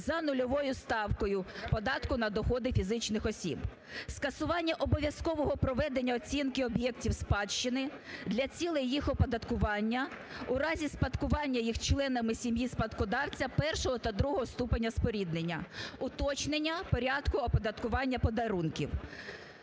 за нульовою ставкою податку на доходи фізичних осіб. Скасування обов'язкового проведення оцінки об'єктів спадщини для цілей їх оподаткування у разі спадкування їх членами сім'ї спадкодавця першого та другого ступеню споріднення, уточнення порядку оподаткування подарунків.